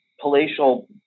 palatial